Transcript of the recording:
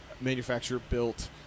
manufacturer-built